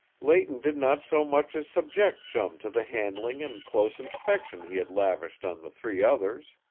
leighton did not so much as subject chum to the handling and close inspection he had lavished on the three others.